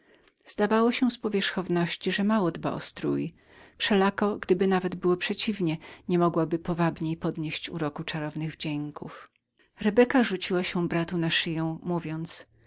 zdawało się z powierzchowności że mało dbała o strój wszelako w przeciwnym nawet razie nie mogłaby powabniej podwyższyć uroku czarownych wdzięków rebeka rzuciła się bratu na szyję mówiąc